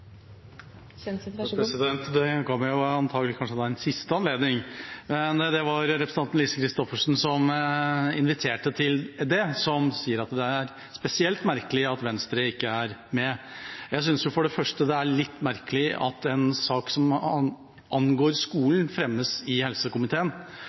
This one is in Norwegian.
beslutninger som kommer til å prege Helse-Norge i mange år framover. Tusen takk for samarbeidet! Dette ga meg antagelig da en siste anledning! Det var representanten Lise Christoffersen som inviterte til det da hun sa at det er spesielt merkelig at Venstre ikke er med. Jeg synes for det første det er litt merkelig at en sak som angår